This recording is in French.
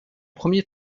premier